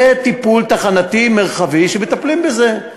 זה טיפול תחנתי-מרחבי, ומטפלים בזה.